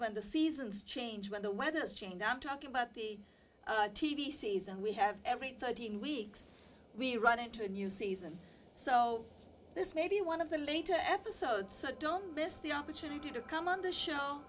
when the seasons change when the weather has changed i'm talking about the t v season we have every thirteen weeks we run into a new season so this may be one of the later episodes so don't miss the opportunity to come on the show